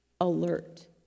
alert